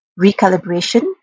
recalibration